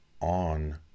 On